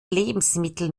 lebensmittel